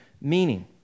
meaning